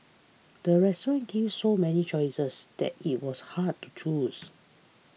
the restaurant gave so many choices that it was hard to choose